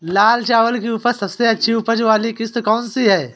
लाल चावल की सबसे अच्छी उपज वाली किश्त कौन सी है?